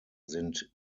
sind